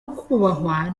kubahwa